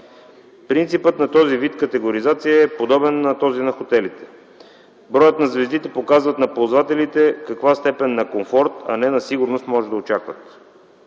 Принципът на този вид категоризация е подобен на този на хотелите. Броят на звездите показва на ползвателите каква степен на комфорт, а не на сигурност, могат да очакват.